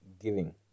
giving